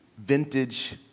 vintage